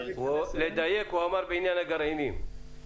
הוא דיבר על עניין הגרעינים.